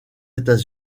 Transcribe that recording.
états